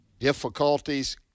Difficulties